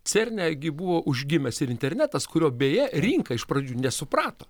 cerne gi buvo užgimęs ir internetas kurio beje rinka iš pradžių nesuprato